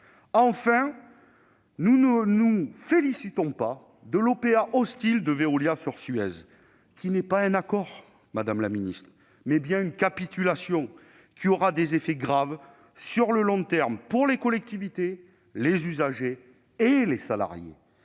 Enfin, nous ne nous félicitons pas de l'OPA hostile de Veolia sur Suez. Il ne s'agit pas d'un accord, mais bien d'une capitulation qui aura des effets graves sur le long terme pour les collectivités, les usagers et les salariés.